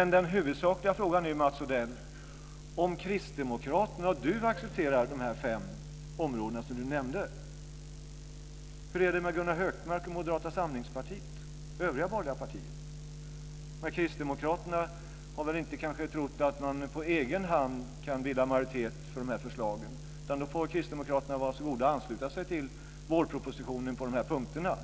Den huvudsakliga frågan är: Om Kristdemokraterna och Mats Odell accepterar de fem områden som han nämnde, hur är det med Gunnar Hökmark och Moderata samlingspartiet och övriga borgerliga partier? Kristdemokraterna har kanske inte trott att man på egen hand kan bilda majoritet för de här förslagen, utan då får väl Kristdemokraterna vara så goda och ansluta sig till vårpropositionen på de punkterna.